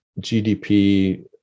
GDP